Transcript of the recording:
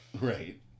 Right